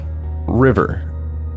River